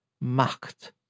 Macht